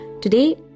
Today